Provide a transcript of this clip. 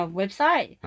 website